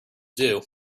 dew